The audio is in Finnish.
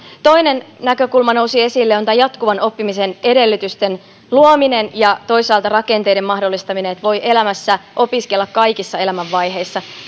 toinen näkökulma joka nousi esille on jatkuvan oppimisen edellytysten luominen ja toisaalta rakenteiden mahdollistaminen että voi elämässä opiskella kaikissa elämän vaiheissa